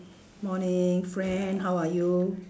morning friend how are you